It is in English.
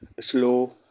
slow